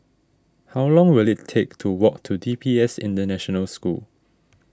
how long will it take to walk to D P S International School